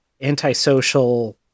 antisocial